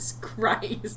Christ